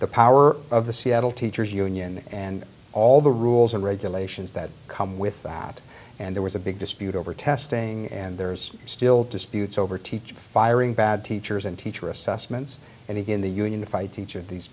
the power of the seattle teachers union and all the rules and regulations that come with that and there was a big dispute over testing and there's still disputes over teacher firing bad teachers and teacher assessments and in the union to fight each of these